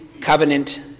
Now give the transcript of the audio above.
covenant